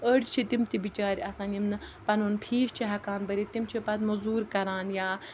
أڑۍ چھِ تِم تہِ بِچٲرۍ آسان یِم نہٕ پَنُن فیٖس چھِ ہٮ۪کان بٔرِتھ تِم چھِ پَتہٕ مٔزوٗرۍ کَران یا